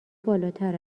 بالاتر